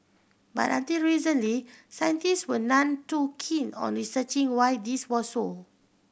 but until recently scientist were none too keen on researching why this was so